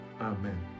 Amen